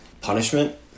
punishment